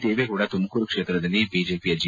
ದೇವೇಗೌಡ ತುಮಕೂರು ಕ್ಷೇತ್ರದಲ್ಲಿ ಬಿಜೆಪಿಯ ಜಿ